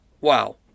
Wow